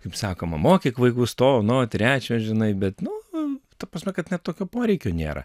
kaip sakoma mokyk vaikus to ano trečio žinai bet nu ta prasme kad net tokio poreikio nėra